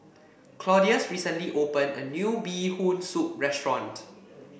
Claudius recently open a new Bee Hoon Soup restaurant